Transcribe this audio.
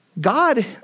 God